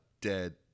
dead